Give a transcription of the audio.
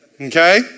Okay